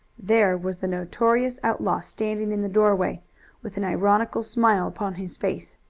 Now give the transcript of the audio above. there was the notorious outlaw standing in the doorway with an ironical smile upon his face.